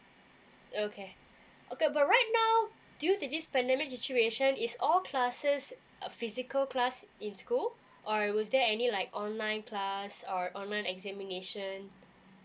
okay okay but right now do to this pandemic situation is all classes err physical class in school or was there any like online class or online examination